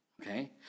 Okay